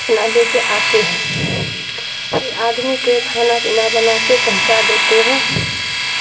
اپنا لے کے آتے ہیں پھر آدمی کے کھانا پینا بنا کے پہنچا دیتے ہیں